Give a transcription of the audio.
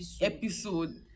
episode